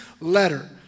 letter